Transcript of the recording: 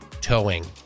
towing